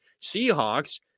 Seahawks